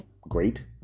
great